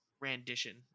rendition